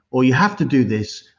or you have to do this,